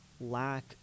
lack